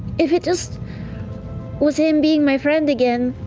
if it just was him being my friend again,